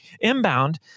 Inbound